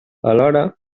alhora